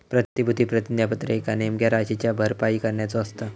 प्रतिभूती प्रतिज्ञापत्र एका नेमक्या राशीची भरपाई करण्याचो असता